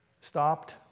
stopped